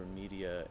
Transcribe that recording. media